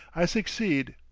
i succeed,